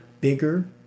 bigger